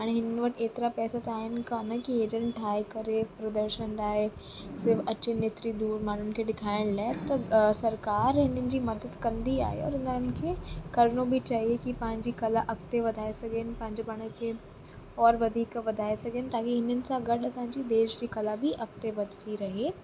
हाणे इन्हनि वटि एतिरा पैसा त आहिनि कानि कि एजंट ठाहे करे प्रदर्शन लाइ सिर्फ़ु अचनि एतिरी दूर माण्हुनि खे ॾेखारण लाइ त सरकारि हिननि जी मदद कंदी आहे और हुननि खे करिणो बि चाहे कि पंहिंजी कला अॻिते वधाए सघेनि पंहिंजो पाण खे और वधीक वधाए सघनि ताकि हिननि सां गॾु असांजी देश जी कला बि अॻिते वधंदी रहे